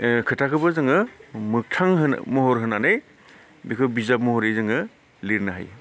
खोथाखौबो जोङो मोगथां महर होनानै बेखौ बिजाब महरै जोङो लिरनो हायो